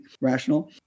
rational